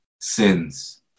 sins